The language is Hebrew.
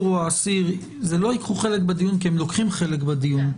הוא האסיר לא ייקחו חלק בדיון כי הם לוקחים חלק בדיון.